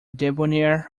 debonair